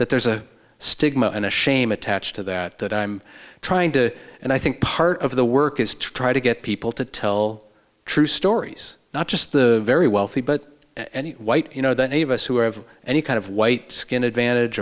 that there's a stigma and a shame attached to that that i'm trying to and i think part of the work is to try to get people to tell true stories not just the very wealthy but and white you know that eavis who have any kind of white skin advantage